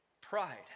pride